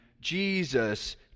Jesus